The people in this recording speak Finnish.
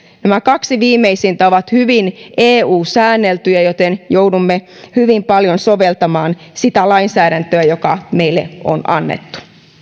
nämä kaksi viimeistä ovat hyvin eu säänneltyjä joten joudumme hyvin paljon soveltamaan sitä lainsäädäntöä joka meille on annettu